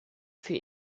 für